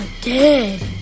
dead